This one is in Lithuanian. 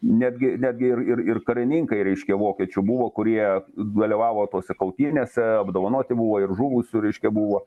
netgi netgi ir ir karininkai reiškia vokiečių buvo kurie dalyvavo tose kautynėse apdovanoti buvo ir žuvusių reiškia buvo